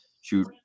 shoot